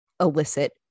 illicit